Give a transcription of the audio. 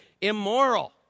immoral